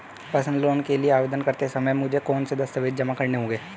Personal loan के लिए आवेदन करते समय मुझे कौन से दस्तावेज़ जमा करने होंगे?